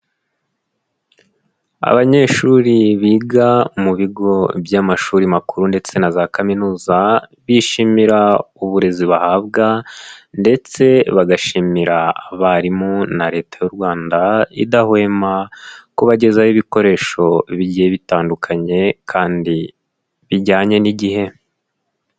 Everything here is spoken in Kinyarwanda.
Abanyeshuri biga mu bigo by'amashuri makuru ndetse na za kaminuza, bishimira uburezi bahabwa ndetse bagashimira abarimu na leta y'u Rwanda, idahwema kubagezaho ibikoresho bigiye bitandukanye kandi bijyanye n'igihe.